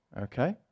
Okay